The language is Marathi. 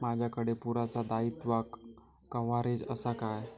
माजाकडे पुरासा दाईत्वा कव्हारेज असा काय?